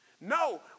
No